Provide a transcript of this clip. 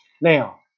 Now